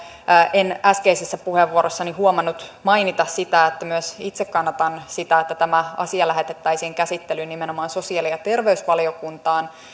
en äskeisessä puheenvuorossani huomannut mainita sitä että myös itse kannatan sitä että tämä asia lähetettäisiin käsittelyyn nimenomaan sosiaali ja terveysvaliokuntaan